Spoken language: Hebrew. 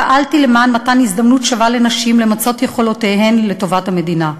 פעלתי למען מתן הזדמנות שווה לנשים למצות יכולותיהן לטובת המדינה.